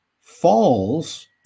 falls